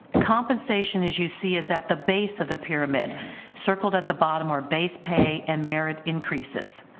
compensation as you see is at the base of the pyramid circled at the bottom, or base pay and merit increases.